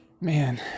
Man